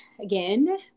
Again